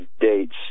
dates